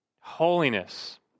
Holiness